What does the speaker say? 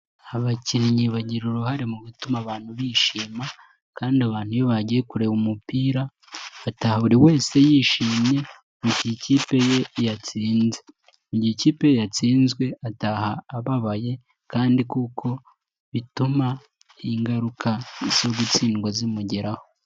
Abakinnyi bagira uruhare mu gutuma abantu bishima kandi abantu iyo bagiye kureba umupira bataha buri wese yishimye mu gihe ikipe ye yatsinze. Mu ikipe ye yatsinzwe ataha ababaye kandi kuko bituma ingaruka zo gutsindwa zimugeraho.